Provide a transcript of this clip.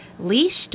Leashed